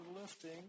lifting